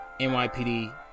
NYPD